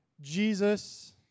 Jesus